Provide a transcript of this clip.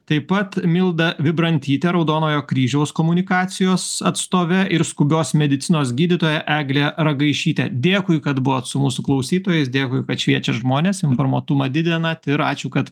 taip pat milda vibrantyte raudonojo kryžiaus komunikacijos atstove ir skubios medicinos gydytoja egle ragaišyte dėkui kad buvot su mūsų klausytojais dėkui kad šviečiat žmones informuotumą didinat ir ačiū kad